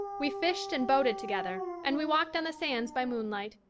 we fished and boated together and we walked on the sands by moonlight.